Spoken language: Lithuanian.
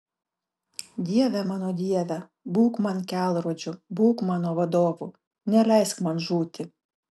dieve mano dieve būk man kelrodžiu būk mano vadovu neleisk man žūti